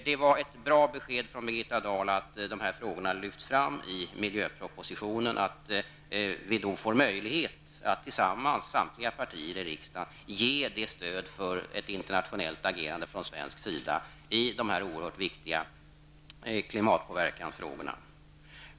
Det var ett bra besked från Birgitta Dahl att de här frågorna lyfts fram i miljöpropositionen och att samtliga partier i riksdagen då får möjlighet att tillsammans ge stöd för ett internationellt agerande från svensk sida i de oerhört viktiga klimatpåverkansfrågorna.